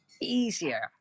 easier